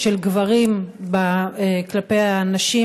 של גברים כלפי הנשים,